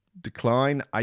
decline